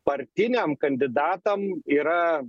partiniam kandidatam yra